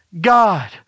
God